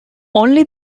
only